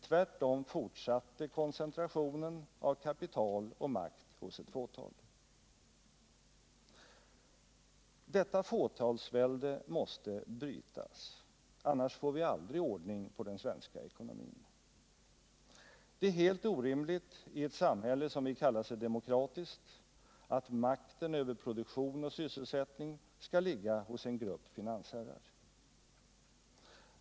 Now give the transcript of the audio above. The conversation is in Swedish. Tvärtom fortsatte koncentrationen av kapital och makt hos ett fåtal. Detta fåtalsvälde måste brytas, annars får vi aldrig ordning på den svenska ekonomin. Det är helt orimligt i ett samhälle som vill kalla sig demokratisk, att makten över produktion och sysselsättning skall ligga hos en grupp finansherrar.